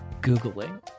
googling